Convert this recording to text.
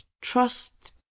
trust